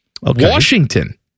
Washington